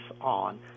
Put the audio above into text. on